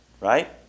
Right